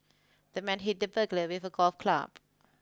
the man hit the burglar with a golf club